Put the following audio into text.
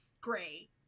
great